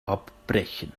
abbrechen